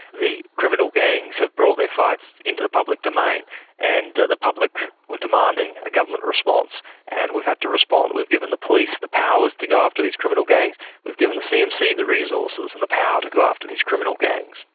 the criminal gangs have brought their fights into the public domain and the public were demanding a government response and we've had to respond. we've given the police the powers to go after these criminal gangs we've given the cmc the resources and the power to go after these criminal gangs.